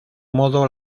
modo